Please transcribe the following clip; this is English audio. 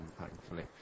thankfully